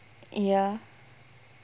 ya